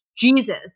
Jesus